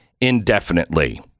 indefinitely